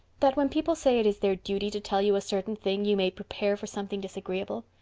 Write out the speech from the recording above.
that when people say it is their duty to tell you a certain thing you may prepare for something disagreeable?